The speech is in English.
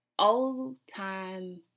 Old-time